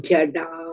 Jada